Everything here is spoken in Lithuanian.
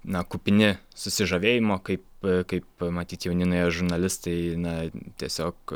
na kupini susižavėjimo kaip kaip matyt jauni na jie žurnalistai na tiesiog